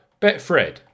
Betfred